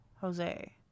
Jose